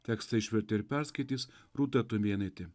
tekstą išvertė ir perskaitys rūta tumėnaitė